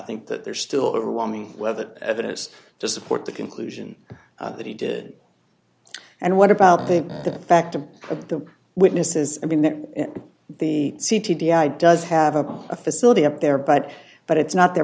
think that they're still overwhelming whether evidence to support the conclusion that he did and what about the fact of the witnesses i mean that the c t b i does have a facility up there but but it's not their